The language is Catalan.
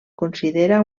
considera